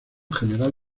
general